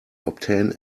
obtain